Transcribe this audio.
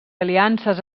aliances